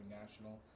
national